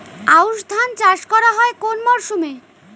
আউশ ধান চাষ করা হয় কোন মরশুমে?